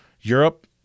Europe